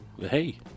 Hey